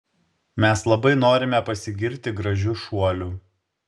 mes labai norime pasigirti gražiu šuoliu